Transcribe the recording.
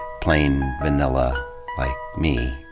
plain vanilla like me.